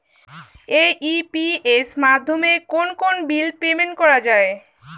AEPS মাধ্যমে কোন কোন বিল পেমেন্ট করা যায়?